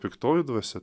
piktoji dvasia